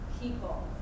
people